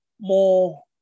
more